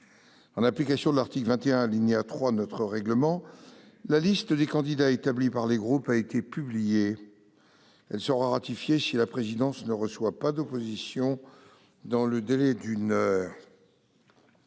En application de l'article 21, alinéa 3, de notre règlement, la liste des candidats établis par les groupes a été publiée. Elle sera ratifiée si la présidence ne reçoit pas d'opposition dans le délai d'une heure.